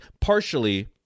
partially